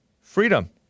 freedom